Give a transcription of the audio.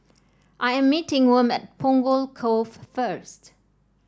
I am meeting Wm at Punggol Cove first